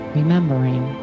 remembering